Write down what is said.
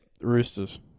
Roosters